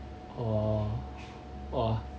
orh !whoa!